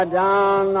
down